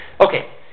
Okay